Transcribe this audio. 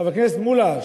חבר הכנסת מולה,